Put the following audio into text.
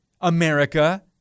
America